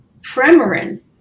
Premarin